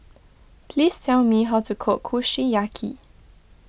please tell me how to cook Kushiyaki